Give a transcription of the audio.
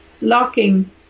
locking